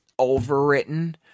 overwritten